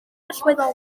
allweddol